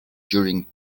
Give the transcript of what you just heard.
during